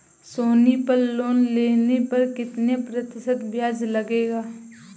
सोनी पल लोन लेने पर कितने प्रतिशत ब्याज लगेगा?